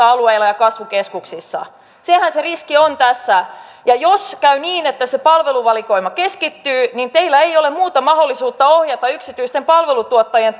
alueilla ja kasvukeskuksissa sehän se riski on tässä ja jos käy niin että se palveluvalikoima keskittyy niin teillä ei ole muuta mahdollisuutta ohjata yksityisten palveluntuottajien